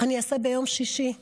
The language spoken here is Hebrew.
אני אעשה ביום שישי.